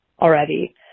already